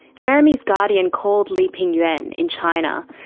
jeremy's guardian called liping yuan, in china,